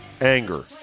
anger